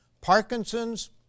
Parkinson's